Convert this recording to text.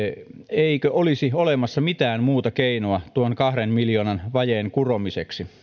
eikö olisi olemassa mitään muuta keinoa tuon kahden miljoonan vajeen kuromiseksi